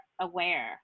aware